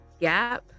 gap